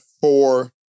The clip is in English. four